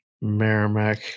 Merrimack